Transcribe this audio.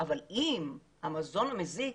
אבל אם המזון מזיק,